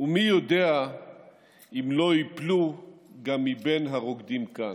ומי יודע אם לא ייפלו גם מבין הרוקדים כאן.